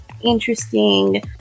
interesting